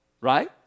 right